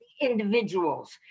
individuals